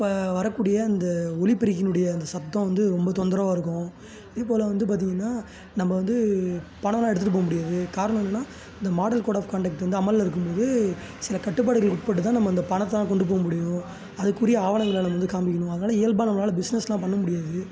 அப்போ வரக்கூடிய அந்த ஒலிப்பெருக்கினுடைய அந்த சத்தம் வந்து ரொம்ப தொந்தரவாக இருக்கும் இப்போதெலாம் வந்து பார்த்தீங்கன்னா நம்ம வந்து பணமெலாம் எடுத்துகிட்டு போக முடியாது காரணம் என்னென்னால் இந்த மாடல் கோட் ஆஃப் காண்டெக்ட் வந்து அமலில் இருக்கும் போது சில கட்டுப்பாடுகளுக்கு உட்பட்டு தான் நம்ம அந்த பணத்தெலாம் கொண்டு போக முடியும் அதுக்குரிய ஆவணங்களை நம்ம வந்து காமிக்கணும் அதனாலே இயல்பாக நம்மளால் பிஸ்னஸெலாம் பண்ண முடியாது